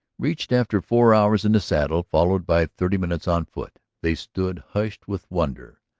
reached after four hours in the saddle, followed by thirty minutes on foot, they stood hushed with wonder.